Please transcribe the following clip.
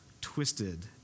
twisted